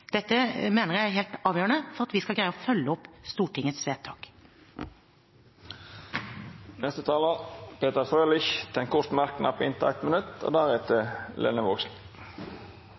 Dette mener jeg er helt avgjørende for at vi skal greie å følge opp Stortingets vedtak. Representanten Peter Frølich har hatt ordet to gonger tidlegare og får ordet til ein kort merknad, avgrensa til 1 minutt.